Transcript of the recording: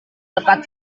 dekat